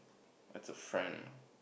that's a friend